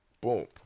boom